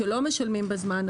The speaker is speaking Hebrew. שלא משלמים בזמן,